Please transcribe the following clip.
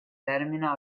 termina